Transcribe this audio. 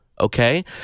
okay